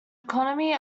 economy